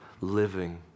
living